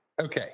Okay